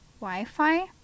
Wi-Fi